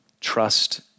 trust